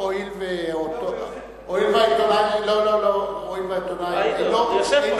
הואיל והעיתונאי אינו יכול, הוא יושב שם.